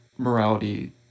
Morality